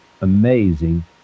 amazing